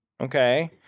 Okay